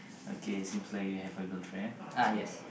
okay seems like you have a girlfriend okay